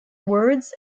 words